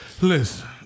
Listen